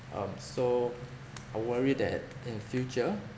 um so I worry that in future